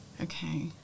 Okay